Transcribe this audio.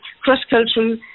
cross-cultural